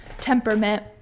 temperament